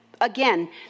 again